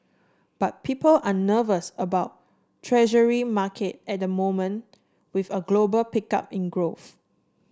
but people are nervous about Treasury market at the moment with a global pickup in growth